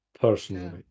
Personally